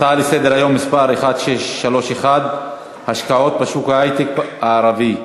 הצעה לסדר-היום בנושא: השקעות בשוק ההיי-טק הערבי,